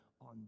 on